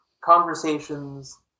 conversations